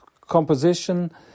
composition